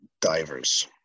divers